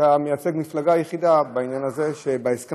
ואתה מייצג את המפלגה היחידה בעניין הזה שבהסכם